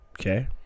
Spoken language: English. okay